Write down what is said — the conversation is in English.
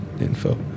info